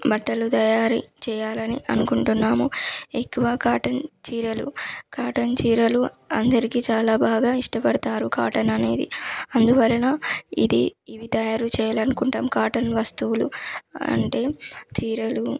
బట్టలు తయారీ చేయాలని అనుకుంటున్నాము ఎక్కువ కాటన్ చీరలు కాటన్ చీరలు అందరికీ చాలా బాగా ఇష్టపడతారు కాటన్ అనేది అందువలన ఇది ఇవి తయారు చేయాలనుకుంటాం కాటన్ వస్తువులు అంటే చీరలు